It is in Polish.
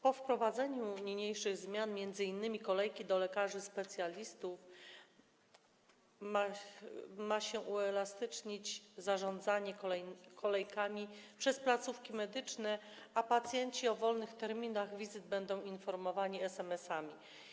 Po wprowadzeniu niniejszych zmian, dotyczących m.in. kolejek do lekarzy specjalistów, ma się uelastycznić zarządzanie kolejkami przez placówki medyczne, a pacjenci o wolnych terminach wizyt będą informowani SMS-ami.